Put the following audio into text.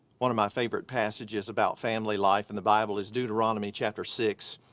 one of my favorites passages about family life in the bible is deuteronomy chapter six.